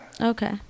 Okay